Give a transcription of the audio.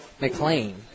McLean